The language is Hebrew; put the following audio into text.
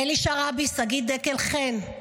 ‏אלי שרעבי, שגיא דקל חן,